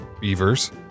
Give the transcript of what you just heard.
Beavers